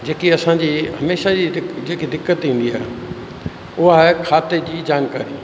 जेकी असांजी हमेशह जी दि जेकी दिक़त ईंदी आहे उहा आहे खाते जी जानकारी